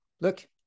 Look